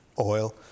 oil